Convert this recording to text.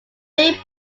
ray